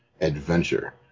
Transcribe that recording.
adventure